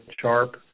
sharp